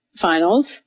finals